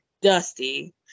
dusty